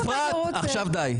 אפרת, עכשיו די.